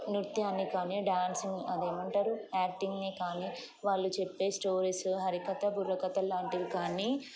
నృత్యాన్ని కానీ డ్యాన్సింగ్ అదేమంటారు యాక్టింగ్ని కానీ వాళ్ళు చెప్పే స్టోరీస్ హరికథ బుర్రకథ లాంటివి కానీ